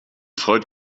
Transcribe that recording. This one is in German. freut